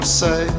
say